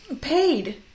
Paid